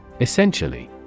Essentially